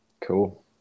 Cool